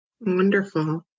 Wonderful